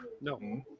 No